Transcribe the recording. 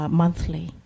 monthly